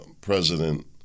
president